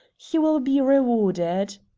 he will be rewarded.